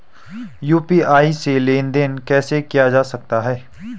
UPI से लेनदेन कैसे किया जा सकता है?